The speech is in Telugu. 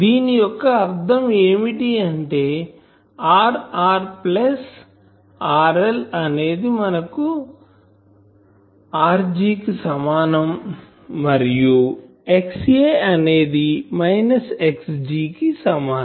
దీని యొక్క అర్థం ఏమిటి అంటే Rr ప్లస్ RL అనేది Rg కు సమానం మరియు Xa అనేది మైనస్ Xg కు సమానం